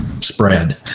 spread